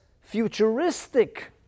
futuristic